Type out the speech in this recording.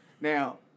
Now